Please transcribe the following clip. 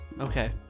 Okay